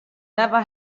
never